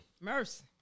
Mercy